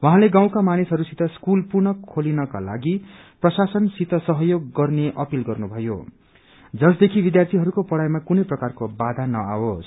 उहाँले गाउँका मानिसहस्सित स्कूल पुनः खोल्नको लागि प्रशासनसित सहयोग गर्ने अपील गर्नुभयो जसदेखि विद्यार्यीहरूको पढ़ाईमा कुनै प्रकारको बाधा नआओस्